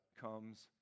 comes